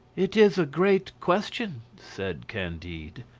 it is a great question, said candide.